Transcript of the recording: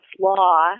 law